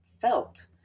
felt